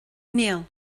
níl